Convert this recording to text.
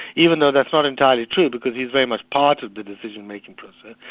even though that's not entirely true because he's very much part of the decision-making process.